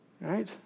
Right